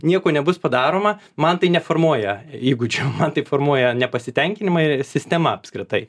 nieko nebus padaroma man tai neformuoja įgūdžių man tai formuoja nepasitenkinimą sistema apskritai